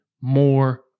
more